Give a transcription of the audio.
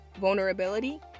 vulnerability